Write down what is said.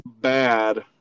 bad